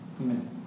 Amen